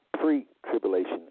pre-tribulation